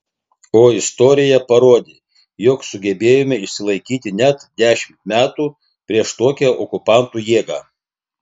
o istorija parodė jog sugebėjome išsilaikyti net dešimt metų prieš tokią okupantų jėgą